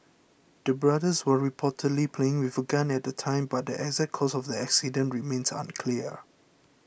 the brothers were reportedly playing with a gun at the time but the exact cause of the accident remains unclear